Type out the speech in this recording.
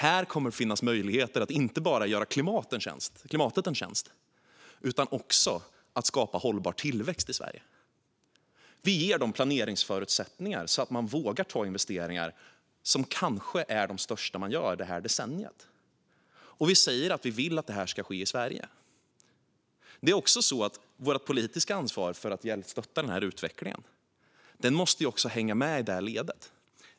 Här kommer det att finns möjligheter att inte bara göra klimatet en tjänst utan också skapa hållbar tillväxt i Sverige. Vi ger planeringsförutsättningar så att man vågar ta investeringar som kanske är de största man gör det här decenniet, och vi säger att vi vill att det här ska ske i Sverige. Även vårt politiska ansvar för att stötta den här utvecklingen måste hänga med i det ledet.